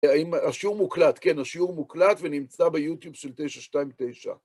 השיעור מוקלט, כן, השיעור מוקלט ונמצא ביוטיוב של 929.